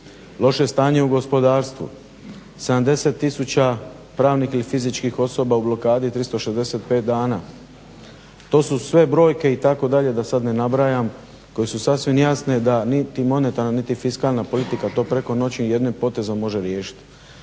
loše stanje u gospodarstvu, 70 tisuća pravnih i fizičkih osoba u blokadi i 365 dana, to su sve brojke itd., da sad ne nabrajam koje su sasvim jasne da niti monetarna niti fiskalna politika to preko noći jednim potezom može riješiti.